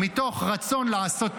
מתוך רצון לעשות טוב,